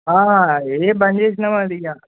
ఏ బంద్ చేేసినాం ఇక